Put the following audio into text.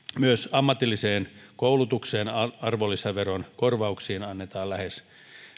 ammatilliseen koulutukseen arvonlisäveron korvauksiin annetaan lähes